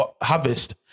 harvest